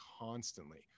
constantly